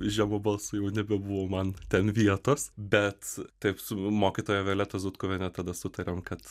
žemu balsu jau nebebuvo man ten vietos bet taip su mokytoja violeta zutkuviene tada sutarėm kad